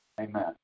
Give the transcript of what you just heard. Amen